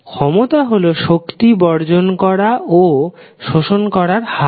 ক্ষমতা হল শক্তির বর্জন করা ও শোষণ করার হার